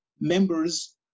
members